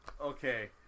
Okay